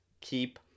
keep